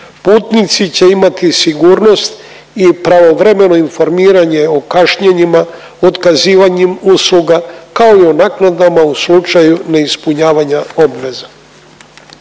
Putnici će imati sigurnost i pravovremeno informiranje o kašnjenjima, otkazivanjem usluga kao i o naknadama u slučaju neispunjavanja obveza.